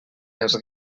els